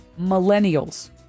millennials